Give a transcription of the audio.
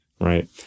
right